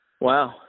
Wow